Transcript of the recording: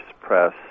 Press